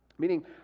Meaning